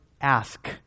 ask